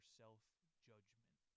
self-judgment